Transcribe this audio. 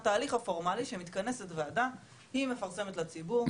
התהליך הפורמלי שמתכנסת הוועדה היא מפרסמת לציבור,